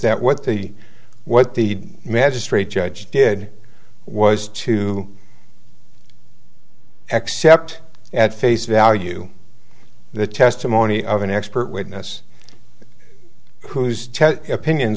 that what the what the magistrate judge did was to accept at face value the testimony of an expert witness whose opinions